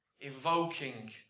evoking